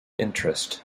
interest